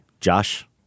Josh